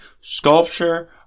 sculpture